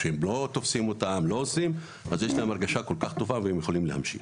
כי לא תופסים אותם ולא עושים להם כלום אז הם מרגישים שהם יכולים להמשיך